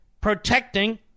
protecting